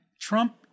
Trump